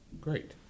great